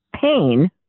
pain